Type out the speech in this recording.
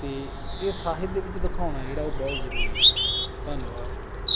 ਅਤੇ ਇਹ ਸਾਹਿਤ ਦੇ ਵਿੱਚ ਦਿਖਾਉਣਾ ਜਿਹੜਾ ਉਹ ਬਹੁਤ ਜ਼ਰੂਰੀ ਹੈ ਧੰਨਵਾਦ